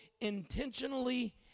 intentionally